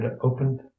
opened